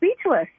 speechless